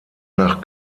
nach